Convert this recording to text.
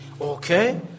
Okay